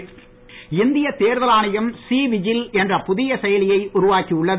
கந்தவேலு இந்திய தேர்தல் ஆணையம் சி விஜில் என்ற புதிய செயலியை உருவாக்கி உள்ளது